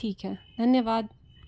ठीक है धन्यवाद